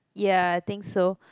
ya I think so